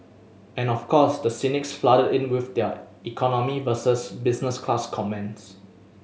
and of course the cynics flooded in with their economy versus business class comments